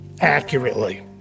accurately